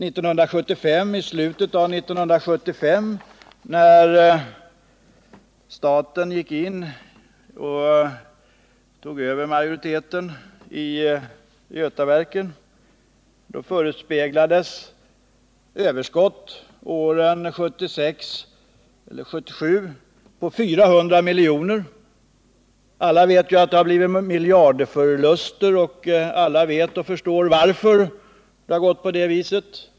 I slutet av 1975 när staten gick in och tog över majoriteten i Götaverken förespeglades överskott 1976 eller 1977 på 400 milj.kr. Alla vet att det blivit miljardförluster och alla förstår varför.